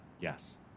Yes